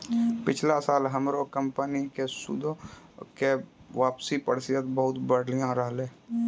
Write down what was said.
पिछला साल हमरो कंपनी के सूदो के वापसी प्रतिशत बहुते बढ़िया रहलै